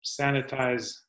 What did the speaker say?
sanitize